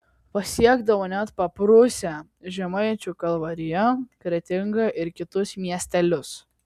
pasiekdavo net paprūsę žemaičių kalvariją kretingą ir kitus miestelius